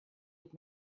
had